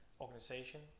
organization